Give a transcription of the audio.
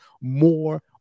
more